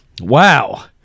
Wow